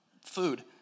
food